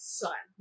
son